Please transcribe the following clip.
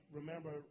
remember